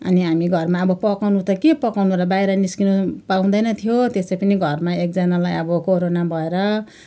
अनि हामी घरमा अब पकाउनु त के पकाउनु र बाहिर निस्किनु पाउँदैन थियो त्यसै पनि घरमा एकजनालाई अब कोरोना भएर